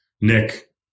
nick